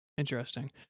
Interesting